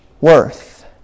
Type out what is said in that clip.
Worth